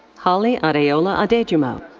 hollie adeola adejumo.